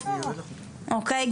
אוקי,